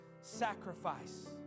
sacrifice